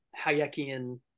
Hayekian